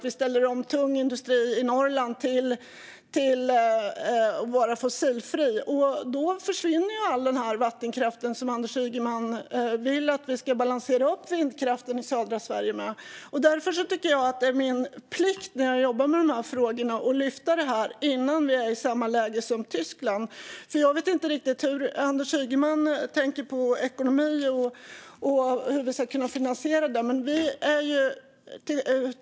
Vi ställer om tung industri i Norrland till att vara fossilfri. Då försvinner ju all den vattenkraft som Anders Ygeman vill att vi ska balansera upp vindkraften i södra Sverige med. Därför tycker jag att det är min plikt när jag jobbar med de här frågorna att lyfta fram detta innan vi är i samma läge som Tyskland. Jag vet inte riktigt hur Anders Ygeman tänker på ekonomin och hur vi ska kunna finansiera det här.